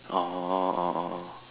oh oh oh oh oh oh